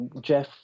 Jeff